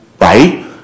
right